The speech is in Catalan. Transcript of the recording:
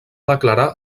declarar